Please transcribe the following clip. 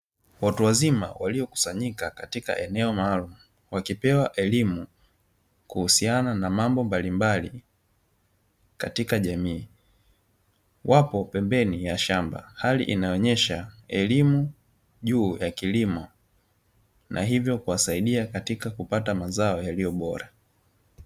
Watu wazima waliokusanyika katika eneo maalumu, wakipewa elimu kuhusiana na mambo mbalimbali katika jamii. Wapo pembeni ya shamba. Hali inayoonyesha elimu juu ya kilimo na hivyo kuwasaidia katika kupata mazao yaliyo bora.